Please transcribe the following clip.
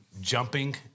jumping